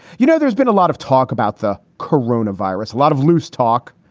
you know, there's been a lot of talk about the corona virus, a lot of loose talk,